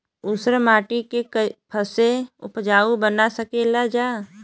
ऊसर माटी के फैसे उपजाऊ बना सकेला जा?